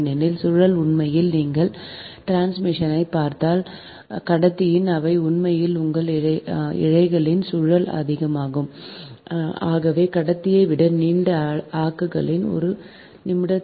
ஏனெனில் சுழல் உண்மையில் நீங்கள் டிரான்ஸ்மிஷனைப் பார்த்தால் கடத்திகள் அவை உண்மையில் உங்கள் இழைகளின் சுழல் ஆகும் அவை கடத்தியை விட நீண்டதாக ஆக்குகின்றன